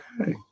Okay